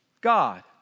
God